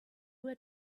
were